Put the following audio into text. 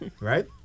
Right